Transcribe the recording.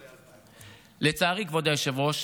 לצערי, כבוד היושב-ראש,